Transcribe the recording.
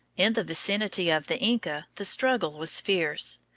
in the vicinity of the inca the struggle was fierce.